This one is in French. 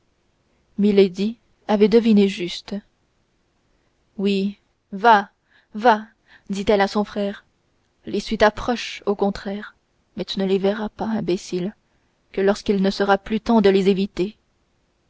milady avait deviné juste oui va va dit-elle à son frère les suites approchent au contraire mais tu ne les verras imbécile que lorsqu'il ne sera plus temps de les éviter